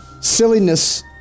Silliness